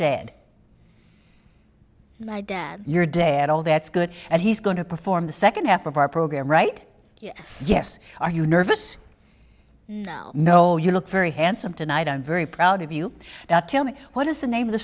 dad my dad your dad all that's good and he's going to perform the second half of our program right yes yes are you nervous no no you look very handsome tonight i'm very proud of you now tell me what is the name of the